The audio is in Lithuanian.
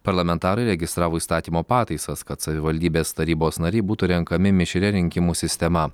parlamentarai registravo įstatymo pataisas kad savivaldybės tarybos nariai būtų renkami mišria rinkimų sistema